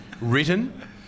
written